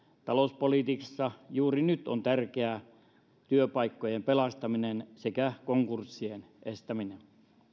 talouspolitiikassa juuri nyt tärkeää on työpaikkojen pelastaminen sekä konkurssien estäminen